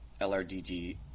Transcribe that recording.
LRDG